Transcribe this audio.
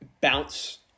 bounce